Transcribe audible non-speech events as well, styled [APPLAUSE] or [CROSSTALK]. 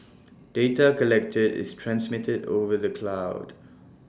[NOISE] data collected is transmitted over the cloud